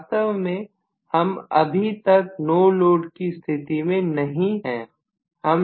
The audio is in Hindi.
वास्तव में हम अभी तक नो लोड की स्थिति में भी नहीं हैं